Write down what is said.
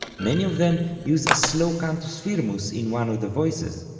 many of them use a slow cantus firmus in one of the voices,